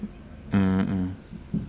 mm mm